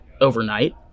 overnight